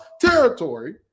territory